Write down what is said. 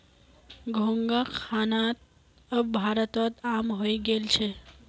घोंघा खाना त अब भारतत आम हइ गेल छ